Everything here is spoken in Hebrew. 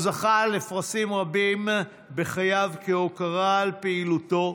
הוא זכה לפרסים רבים בחייו כהוקרה על פעילותו.